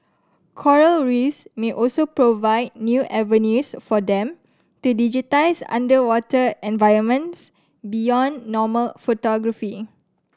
Coral Reefs may also provide new avenues for them to digitise underwater environments beyond normal photography